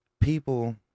people